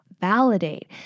validate